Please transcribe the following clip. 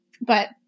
But-